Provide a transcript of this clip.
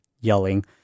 yelling